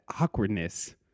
awkwardness